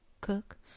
cook